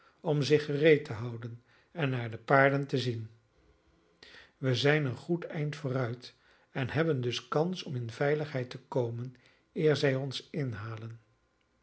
om zich gereed te houden en naar de paarden zien wij zijn een goed eind vooruit en hebben dus kans om in veiligheid te komen eer zij ons inhalen